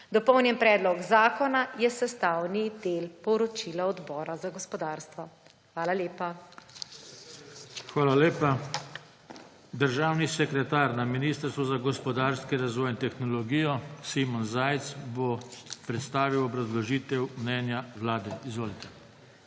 Dopolnjen predlog zakona je sestavni del poročila Odbora za gospodarstvo. Hvala lepa. PODPREDSEDNIK JOŽE TANKO: Hvala lepa. Državni sekretar na Ministrstvu za gospodarski razvoj in tehnologijo Simon Zajc bo predstavil obrazložitev mnenja Vlade. Izvolite.